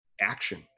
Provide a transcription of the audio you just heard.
action